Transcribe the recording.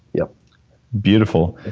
yeah beautiful.